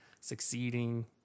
succeeding